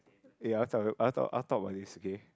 eh I want talk I want to talk I want talk about this okay